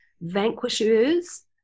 vanquishers